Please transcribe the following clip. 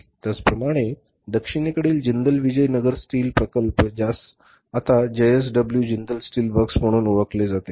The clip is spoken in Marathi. त्याचप्रमाणे दक्षिणेकडील जिंदल विजय नगर स्टील प्रकल्प ज्यास आता जेएसडब्ल्यू जिंदल स्टील वर्क्स म्हणून ओळखले जाते